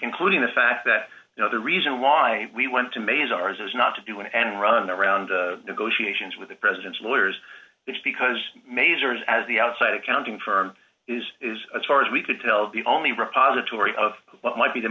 including the fact that you know the reason why we went to maze ours is not to do an end run around negotiations with the president's lawyers it's because masers as the outside accounting firm is as far as we could tell the only repository of what might be the